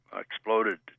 exploded